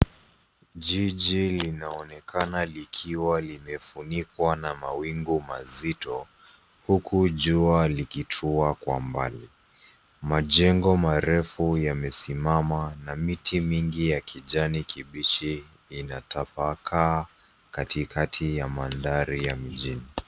Jiji linaonekana likiwa limefunikwa na mawingu mazito, huku jua likitua kwa mbali. Majengo marefu yamesimama na miti mingi ya kijani kibichi inatapakaa katikati ya mandhari ya mjini.